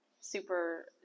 super